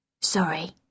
Sorry